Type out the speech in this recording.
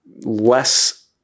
less